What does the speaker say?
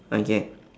okay